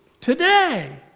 today